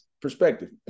perspective